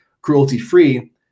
cruelty-free